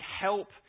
help